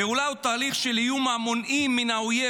פעולה או תהליך של איום המונעים מהאויב